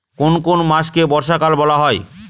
কোন কোন মাসকে বর্ষাকাল বলা হয়?